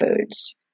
foods